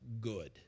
good